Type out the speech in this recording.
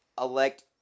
elect